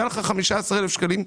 היה לך 15,000 שקלים.